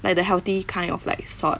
like the healthy kind of like salt